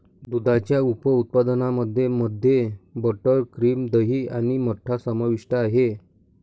दुधाच्या उप उत्पादनांमध्ये मध्ये बटर, क्रीम, दही आणि मठ्ठा समाविष्ट आहे